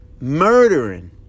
murdering